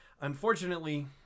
unfortunately